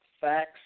facts